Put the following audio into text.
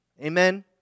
Amen